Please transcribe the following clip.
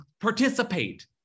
participate